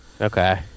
okay